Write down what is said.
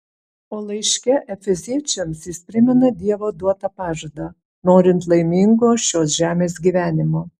o laiške efeziečiams jis primena dievo duotą pažadą norint laimingo šios žemės gyvenimo